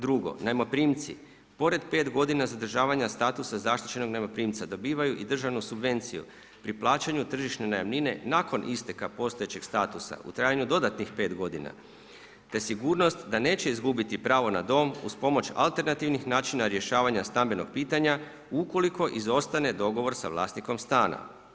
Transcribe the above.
Drugo, najmoprimci, pored 5 g. zadržavanja statusa zaštićenog najmoprimca, dobivaju i državnu subvenciju pri plaćanju tržišne najamnine, nakon isteka postojećeg statusa u trajanju dodatnih 5 g. te sigurnost da neće izgubiti pravo na dom, uz pomoć alternativnih načina rješavanja stambenog pitanja, ukoliko izostane dogovor sa vlasnikom stanom.